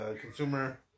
consumer